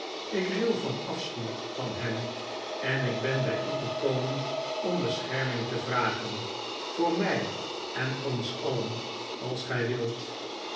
ik ril van afschuw van hem en ik ben bij u gekomen om bescherming te vragen voor my en ons alien als gy wilt